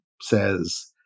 says